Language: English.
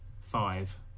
Five